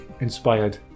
inspired